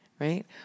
Right